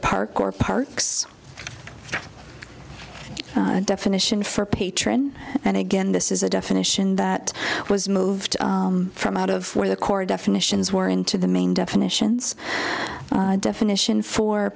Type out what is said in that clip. park or parks definition for patron and again this is a definition that was moved from out of for the core definitions were into the main definitions definition for